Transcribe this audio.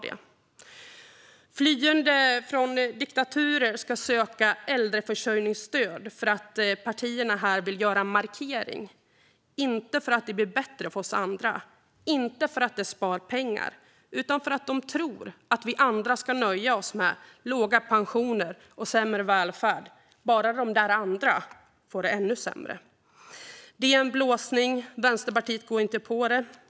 De som flyr från diktaturer ska söka äldreförsörjningsstöd för att de andra partierna vill göra en markering, inte för att det blir bättre för oss andra och inte för att det spar pengar utan för att de tror att vi andra ska nöja oss med låga pensioner och sämre välfärd bara de där andra får det ännu sämre. Det är en blåsning, och Vänsterpartiet går inte på det.